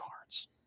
cards